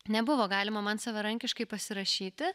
nebuvo galima man savarankiškai pasirašyti